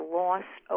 lost